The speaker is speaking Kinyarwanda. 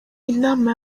inama